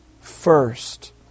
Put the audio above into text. first